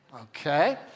okay